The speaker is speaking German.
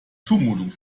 zumutung